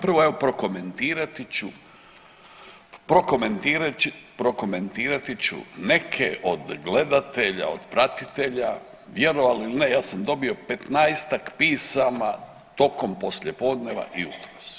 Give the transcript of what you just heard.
Prvo evo prokomentirati ću, prokomentirati ću neke od gledatelja, od pratitelja, vjerovali ili ne ja sam dobio 15-ak pisama tokom poslijepodneva i jutros.